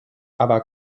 aber